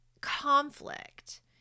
conflict